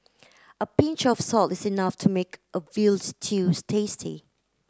a pinch of salt is enough to make a veal stew tasty